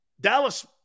Dallas